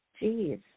Jeez